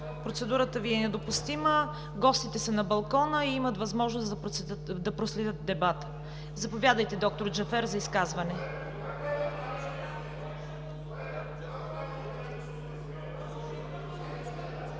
процедурата Ви е недопустима. Гостите са на балкона, имат възможност да проследят дебата. Заповядайте, д-р Джафер, за изказване.